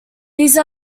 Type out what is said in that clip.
these